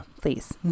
Please